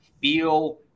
feel